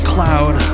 Cloud